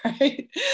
right